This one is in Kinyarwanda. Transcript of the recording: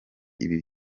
ibi